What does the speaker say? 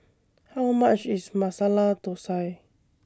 How much IS Masala Thosai